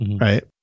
Right